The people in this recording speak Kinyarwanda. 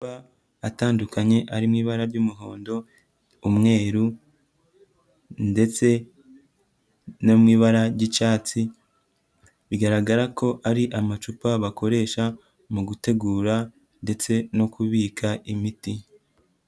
Amacupa atandukanye arimo ibara ry'umuhondo, umweru ndetse no mu ibara ry'icyatsi, bigaragara ko ari amacupa bakoresha mu gutegura ndetse no kubika imiti.